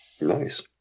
Nice